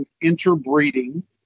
interbreeding